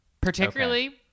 particularly